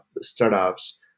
startups